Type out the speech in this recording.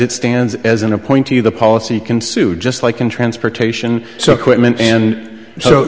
it stands as an appointee of the policy can sue just like in transportation so quick and so